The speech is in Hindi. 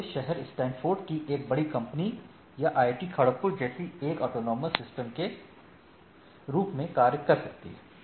आपके शहर स्टैनफोर्ड की एक बड़ी कंपनी या IIT खड़गपुर जैसी चीजें एक ऑटोनॉमस सिस्टम के रूप में कार्य कर सकती हैं